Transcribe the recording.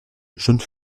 jaune